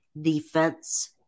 Defense